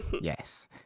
Yes